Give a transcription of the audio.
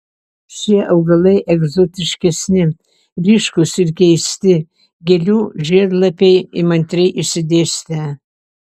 šie augalai egzotiškesni ryškūs ir keisti gėlių žiedlapiai įmantriai išsidėstę